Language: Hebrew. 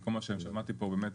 וכל מה ששמעתי פה, באמת